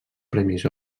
premis